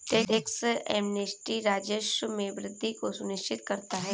tax amnesty राजस्व में वृद्धि को सुनिश्चित करता है